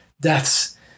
deaths